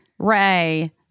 Ray